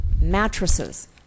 mattresses